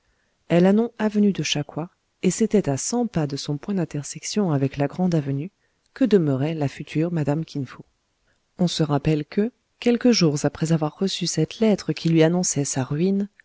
elle a nom avenue de cha coua et c'était à cent pas de son point d'intersection avec la grandeavenue que demeurait la future mme kin fo on se rappelle que quelques jours après avoir reçu cette lettre qui lui annonçait sa ruine